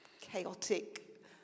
chaotic